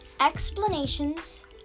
Explanations